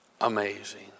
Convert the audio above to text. Amazing